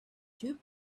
two